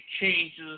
changes